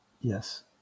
Yes